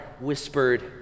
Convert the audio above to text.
whispered